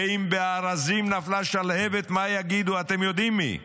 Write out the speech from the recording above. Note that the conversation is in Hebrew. ואם בארזים נפלה שלהבת, מה יגידו, אתם יודעים מי.